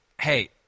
Hey